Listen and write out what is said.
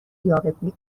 یاوهگویی